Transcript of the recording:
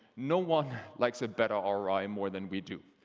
no one likes a better ah roi and more than we do.